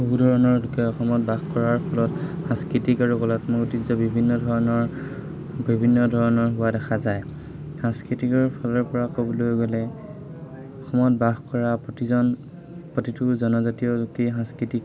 বহু ধৰণৰ লোকে অসমত বাস কৰাৰ ফলত সাংস্কৃতিক আৰু কলাত্মক ঐতিহ্য বিভিন্ন ধৰণৰ বিভিন্ন ধৰণৰ হোৱা দেখা যায় সাংস্কৃতিকৰ ফালৰ পৰা ক'বলৈ গ'লে অসমত বাস কৰা প্ৰতিজন প্ৰতিটো জনজাতীয় জোতি সাংস্কৃতিক